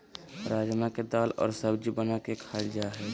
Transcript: राजमा के दाल और सब्जी बना के खाल जा हइ